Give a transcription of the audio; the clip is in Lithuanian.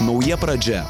nauja pradžia